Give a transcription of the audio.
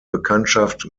bekanntschaft